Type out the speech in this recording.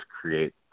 create